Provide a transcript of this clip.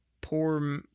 poor –